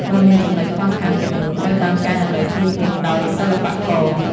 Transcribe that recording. បើមានចំណុចខ្វះខាតទាំងនោះត្រូវបានកែតម្រូវភ្លាមៗដោយសិល្បករ។